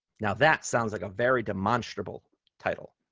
now, that sounds like a very demonstrable title,